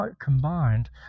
combined